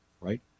right